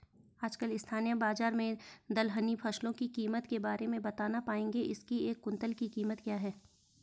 आजकल स्थानीय बाज़ार में दलहनी फसलों की कीमत के बारे में बताना पाएंगे इसकी एक कुन्तल की कीमत क्या है?